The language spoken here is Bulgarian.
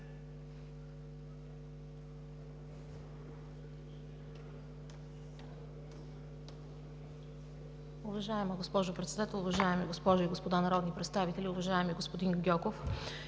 Уважаема госпожо Председател, уважаеми госпожи и господа народни представители! Уважаеми господин Гьоков,